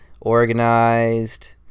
organized